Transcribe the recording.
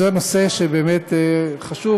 זה נושא שבאמת חשוב,